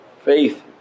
faith